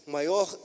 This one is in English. maior